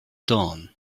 dawn